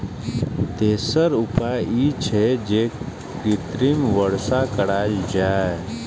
तेसर उपाय ई छै, जे कृत्रिम वर्षा कराएल जाए